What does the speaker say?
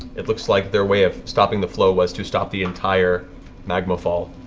it looks like their way of stopping the flow was to stop the entire magma fall.